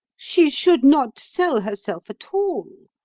she should not sell herself at all,